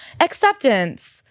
acceptance